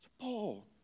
Paul